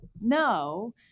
no